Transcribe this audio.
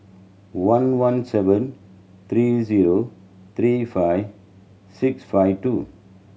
one one seven three zero three five six five two